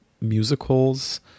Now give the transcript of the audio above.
musicals